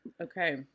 Okay